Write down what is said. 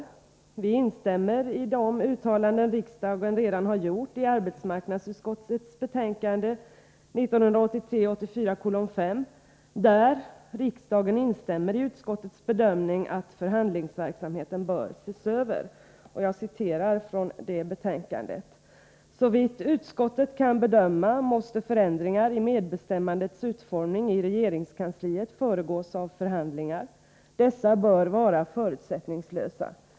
Vi 29 instämmer i de uttalanden riksdagen redan har gjort i arbetsmarknadsutskottets betänkande 1983/84:5, där riksdagen instämmer i utskottets bedömning att förhandlingsverksamheten bör ses över. I betänkandet står följande: ”Såvitt utskottet kan bedöma måste förändringar i medbestämmandets utformning i regeringskansliet föregås av förhandlingar. Dessa bör vara förutsättningslösa.